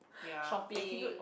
shopping